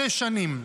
שש שנים,